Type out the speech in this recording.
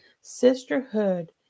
Sisterhood